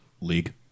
League